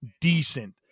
decent